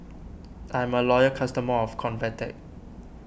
I'm a loyal customer of Convatec